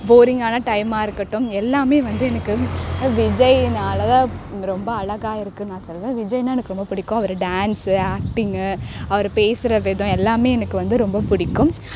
போரிங்கான டைம்மாக இருக்கட்டும் எல்லாமே வந்து எனக்கு விஜய்னால தான் ரொம்ப அழகா இருக்கன்னு நான் சொல்லுவேன் விஜய்னால் எனக்கு ரொம்ப பிடிக்கும் அவர் டான்ஸு ஆக்டிங் அவரு பேசுகிற விதம் எல்லாமே எனக்கு வந்து ரொம்ப பிடிக்கும்